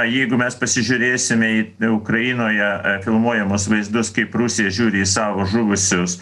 jeigu mes pasižiūrėsime į ukrainoje filmuojamus vaizdus kaip rusija žiūri į savo žuvusius